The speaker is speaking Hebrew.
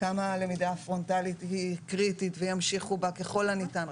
כמה הלמידה הפרונטלית היא קריטית וימשיכו בה ככל הניתן.